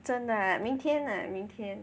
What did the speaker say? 真的 ah 明天 ah 明天